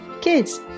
Kids